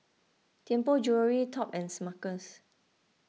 Tianpo Jewellery Top and Smuckers